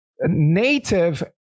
native